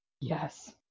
yes